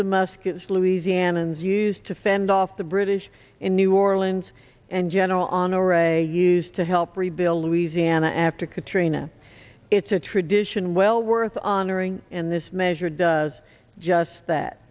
the muskets louisianans used to fend off the british in new orleans and general honore a use to help rebuild louisiana after katrina it's a tradition well worth honoring in this measure does just that